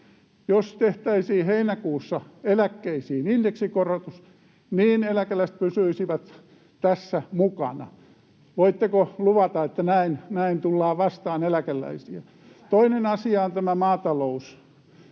Jos tehtäisiin heinäkuussa eläkkeisiin indeksikorotus, niin eläkeläiset pysyisivät tässä mukana. Voitteko luvata, että näin tullaan vastaan eläkeläisiä? Toinen asia on tämä maatalous.